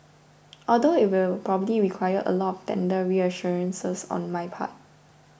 although it will probably require a lot tender reassurances on my part